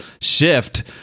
shift